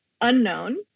unknown